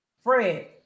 Fred